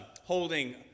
holding